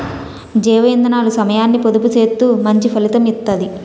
జీవ ఇందనాలు సమయాన్ని పొదుపు సేత్తూ మంచి ఫలితం ఇత్తది